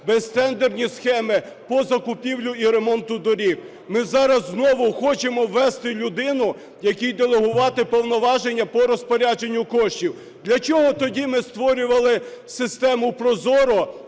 безтендерні схеми по закупівлі і ремонту доріг. Ми зараз знову хочемо ввести людину, якій делегувати повноваження по розпорядженню коштів. Для чого тоді ми створювали систему ProZorro?